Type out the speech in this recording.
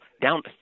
down